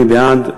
מי בעד?